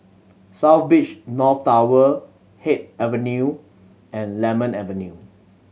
South Beach North Tower Haig Avenue and Lemon Avenue